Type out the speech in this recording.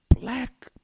Black